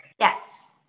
Yes